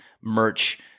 merch